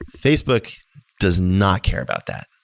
facebook does not care about that.